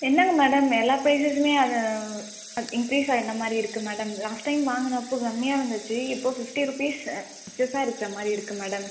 என்னங்க மேடம் எல்லா பிரைசஸுமே அது இன்கிரீஸ் ஆன மாதிரி இருக்கு மேடம் லாஸ்ட் டைம் வாங்கினப்போ கம்மியாக இருந்துச்சு இப்போது ஃபிப்டி ருபீஸ் எக்ஸெசா இருக்கிற மாதிரி இருக்கு மேடம்